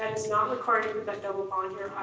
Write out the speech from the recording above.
and is not required, that double bond here,